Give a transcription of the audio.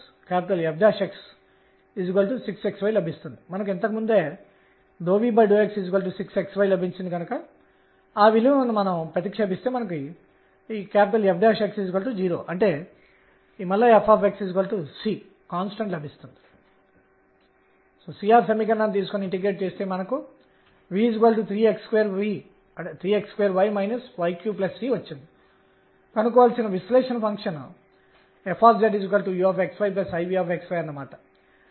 కాబట్టి ఇవి ఆలోచనలను పరిచయం చేయడానికి నేను చేస్తున్న ఆలోచనలు ఈ క్వాంటం నిబంధనల నుండి క్వాంటం సంఖ్యల ఆలోచన ఎలా ఉద్భవించింది మరియు ఇవి క్వాంటం స్వభావాన్ని మెరుగ్గా మరియు మెరుగ్గా అర్థం చేసుకోవడానికి దారి తీస్తాయి